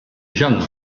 gens